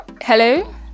Hello